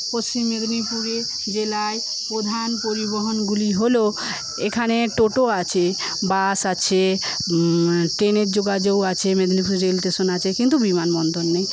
পশ্চিম মেদিনীপুরে জেলায় প্রধান পরিবহনগুলি হল এখানে টোটো আছে বাস আছে ট্রেনের যোগাযোগ আছে মেদিনীপুর রেল স্টেশন আছে কিন্তু বিমানবন্দর নেই